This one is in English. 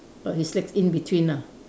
but his legs in between ah